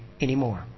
anymore